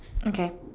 okay